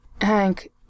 Hank